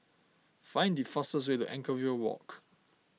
find the fastest way to Anchorvale Walk